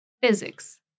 physics